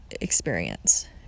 experience